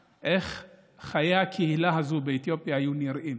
חיי הקהילה הזו באתיופיה היו נראים.